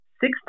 six